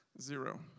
Zero